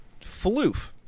floof